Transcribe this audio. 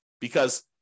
because-